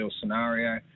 scenario